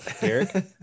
Eric